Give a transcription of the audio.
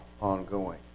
ongoing